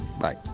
Bye